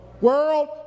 World